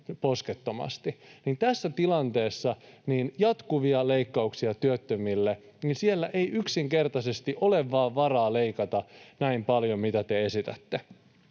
tässä tilanteessa jatkuvia leikkauksia työttömille. Siellä ei yksinkertaisesti vain ole varaa leikata näin paljon, mitä te esitätte.